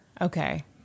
Okay